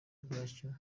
bwacyo